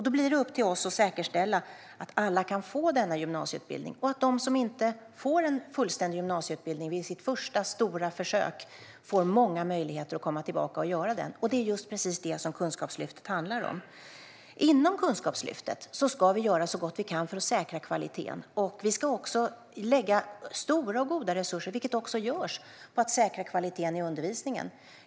Då blir det upp till oss att säkerställa att alla kan få denna gymnasieutbildning och att de som inte får en fullständig gymnasieutbildning vid sitt första stora försök får många möjligheter att komma tillbaka och göra den. Det är just precis det som Kunskapslyftet handlar om. Inom Kunskapslyftet ska vi göra så gott vi kan för att säkra kvaliteten. Vi ska lägga stora och goda resurser, vilket det också görs, på att säkra kvaliteten i undervisningen.